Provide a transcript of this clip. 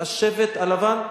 "השבט הלבן"?